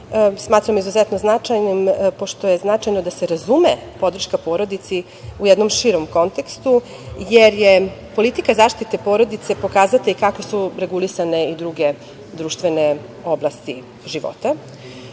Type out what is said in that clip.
Smatram ga izuzetno značajnim, pošto je značajno da se razume podrška porodici u jednom širem kontekstu, jer je politika zaštite porodice pokazatelj kako su regulisane i druge društvene oblasti života.